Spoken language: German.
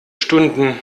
stunden